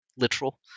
literal